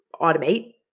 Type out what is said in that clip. automate